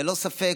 ללא ספק,